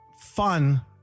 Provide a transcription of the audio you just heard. fun